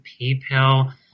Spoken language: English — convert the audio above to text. PayPal